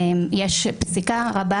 יש פסיקה רבה